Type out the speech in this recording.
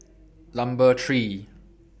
Number three